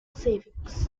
savings